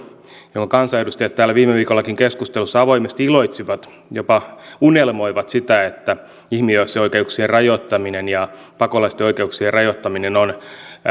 jonka kansanedustajat täällä viime viikollakin keskustelussa avoimesti iloitsivat jopa unelmoivat siitä että ihmisoikeuksien rajoittaminen ja pakolaisten oikeuksien rajoittaminen on